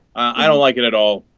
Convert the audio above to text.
i like it at all